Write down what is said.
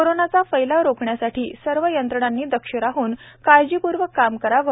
corona फैलाव रोखण्यासाठी सर्व यंत्रणांनी दक्ष राहून काळजीपूर्वक काम करावे